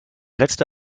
letzte